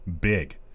Big